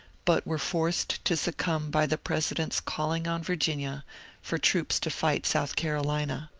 but were forced to succumb by the president's calling on virginia for troops to fight south carolina.